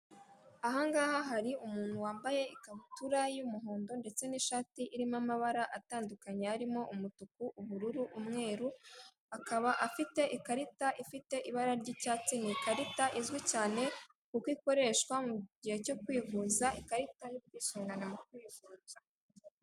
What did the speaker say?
Aha ngaha hari umuntu wambaye ikabutura y'umuhondo ndetse n'ishati irimo amabara atandukanye, harimo umutuku, ubururu, umweru, akaba afite ikarita ifite ibara ry'icyatsi, ni ikarita izwi cyane kuko ikoreshwa mu gihe cyo kwivuza, ikarita y'ubwisungane mu kwivuza.